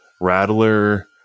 Rattler